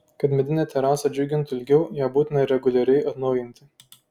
kad medinė terasa džiugintų ilgiau ją būtina reguliariai atnaujinti